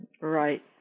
Right